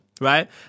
Right